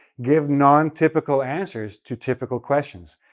give non-typical answers to typical questions.